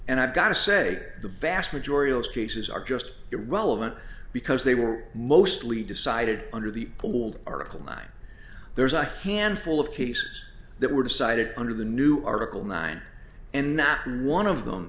and i've got to say the vast majority of these cases are just irrelevant because they were mostly decided under the old article nine there's a handful of cases that were decided under the new article nine and not one of them